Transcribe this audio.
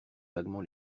vaguement